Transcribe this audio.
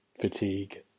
fatigue